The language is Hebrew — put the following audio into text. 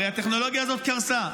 הרי הטכנולוגיה הזאת קרסה.